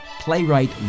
Playwright